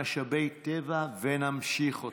ממשאבי טבע, ונמשיך אותה.